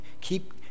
Keep